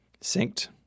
synced